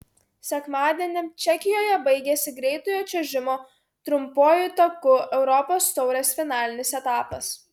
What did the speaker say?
sekmadienį čekijoje baigėsi greitojo čiuožimo trumpuoju taku europos taurės finalinis etapas